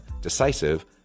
decisive